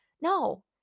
No